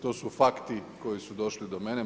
To su fakti koji su došli do mene.